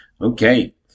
okay